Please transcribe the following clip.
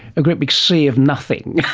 a great big sea of nothing.